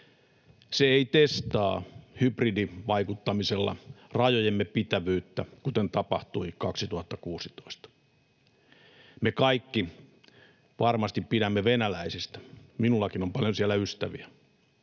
se ei testaa hybridivaikuttamisella rajojemme pitävyyttä, kuten tapahtui 2016. Me kaikki varmasti pidämme venäläisistä. Minullakin on siellä paljon ystäviä,